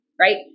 right